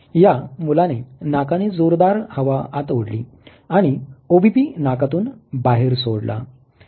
या मुलाने नाकाने जोरदार हवा आत ओढली आणि OBP नाकातून बाहेर सोडला